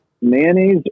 mayonnaise